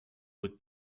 would